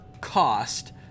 cost